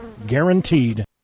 Guaranteed